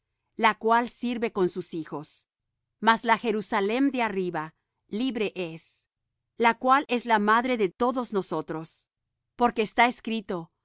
la cual sirve con sus hijos mas la jerusalem de arriba libre es la cual es la madre de todos nosotros porque está escrito